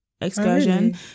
excursion